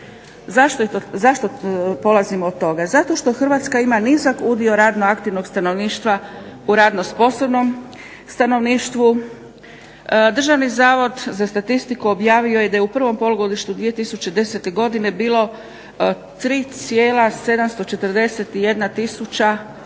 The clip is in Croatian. Zašto polazimo od toga? Zato što Hrvatska ima nizak udio radno aktivnog stanovništva u radno sposobnom stanovništvu. Državni zavod za statistiku objavio je da je u prvom polugodištu 2010. godine bilo 3 milijuna